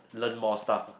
learn more stuff ah